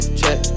check